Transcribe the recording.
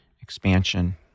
expansion